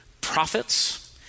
prophets